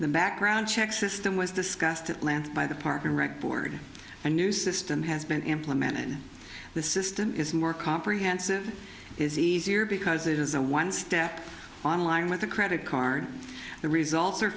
the background check system was discussed at length by the park and rec board a new system has been implemented the system is more comprehensive is easier because it is a one step online with a credit card the results are